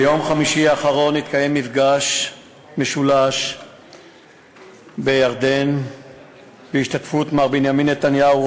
ביום חמישי האחרון התקיים מפגש משולש בירדן בהשתתפות מר בנימין נתניהו,